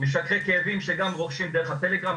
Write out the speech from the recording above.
משככי כאבים שגם רוכשים דרך הטלגרם,